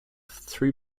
three